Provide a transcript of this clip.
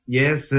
yes